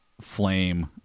flame